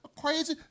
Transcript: Crazy